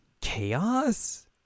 Chaos